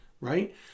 right